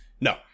No